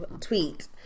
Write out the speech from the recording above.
tweet